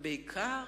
ובעיקר